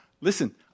Listen